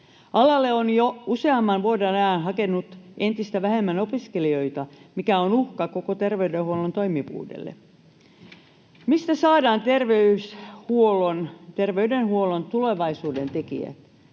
Alalle on jo useamman vuoden ajan hakenut entistä vähemmän opiskelijoita, mikä on uhka koko terveydenhuollon toimivuudelle. Mistä saadaan terveydenhuollon tulevaisuuden tekijät?